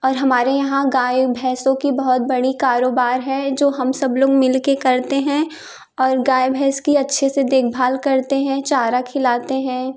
और हमारे यहाँ गाय भैंसों की बहुत बड़ी कारोबार है जो हम सब लोग मिल के करते हैं और गाय भैंस की अच्छे से देखभाल करते हैं चारा खिलाते हैं